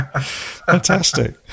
Fantastic